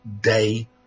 day